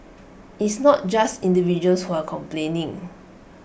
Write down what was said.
it's not just individuals who are complaining